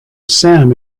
sam